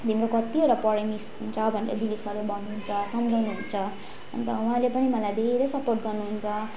तिम्रो कतिवटा पढाइ मिस हुन्छ भनेर दिलिप सरले भन्नुहुन्छ सम्झाउनुहुन्छ अन्त उहाँले पनि मलाई धेरै सपोर्ट गर्नुहुन्छ